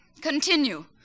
Continue